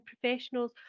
professionals